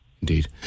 Indeed